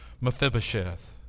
Mephibosheth